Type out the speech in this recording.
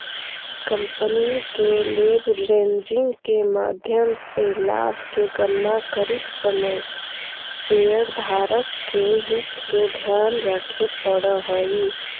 company के leveraging के माध्यम से लाभ के गणना करित समय शेयरधारक के हित के ध्यान रखे पड़ऽ हई